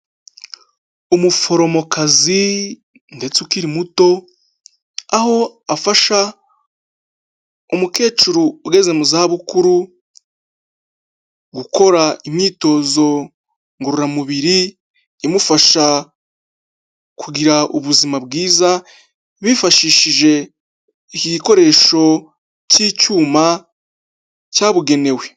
Umuforomokazi ndetse ukiri muto, aho afasha umukecuru ugeze mu za bukuru gukora imyitozo ngororamubiri imufasha kugira ubuzima bwiza, bifashishije igikoresho cy'icyuma cyabugenewe.